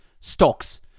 Stocks